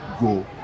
go